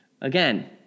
again